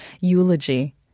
eulogy